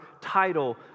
title